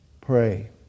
pray